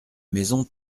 maison